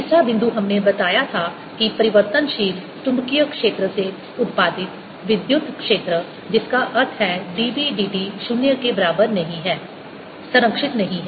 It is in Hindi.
तीसरा बिंदु हमने बताया था कि परिवर्तनशील चुंबकीय क्षेत्र से उत्पादित विद्युत क्षेत्र जिसका अर्थ है dB dt 0 के बराबर नहीं है संरक्षित नहीं है